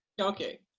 Okay